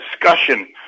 discussion